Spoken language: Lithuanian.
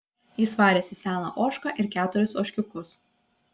jis varėsi seną ožką ir keturis ožkiukus